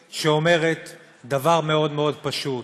שאומרת דבר מאוד מאוד פשוט: